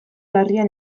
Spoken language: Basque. larria